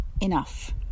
enough